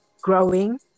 growing